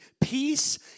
Peace